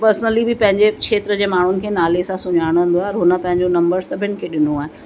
personally बि पंहिंजे खेत्र जे माण्हुनि खे नाले सां सुञाणंदो आहे हुन पंहिंजो नम्बर सभिनि खे ॾिनो आहे